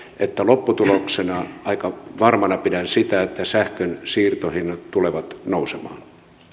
että lopputuloksena aika varmana pidän sitä sähkön siirtohinnat tulevat nousemaan